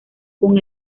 con